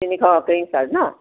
তিনিশ carrying charge ন